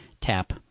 tap